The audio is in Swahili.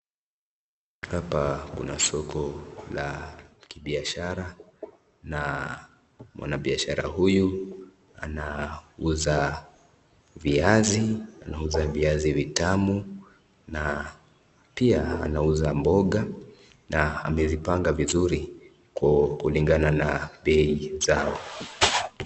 Hapa kuna soko la kibiashara, na mwanabiashara huyu anauza viazi, anauza viazi vitamu na pia anauza mboga na amezipanga vizuri kulingana na bei zao.